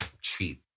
treat